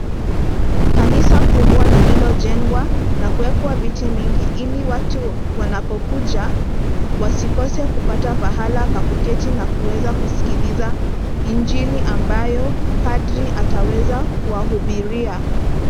Kanisa kubwa lililo jengwa na kuwekwa viti vingi ili watu wanapokuja wasikose kupata pahala pa kuketi na kuweza kusikiliza injili ambayo padre ataweza kuwa hubiria.